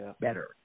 better